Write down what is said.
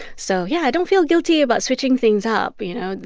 so yeah, don't feel guilty about switching things up, you know.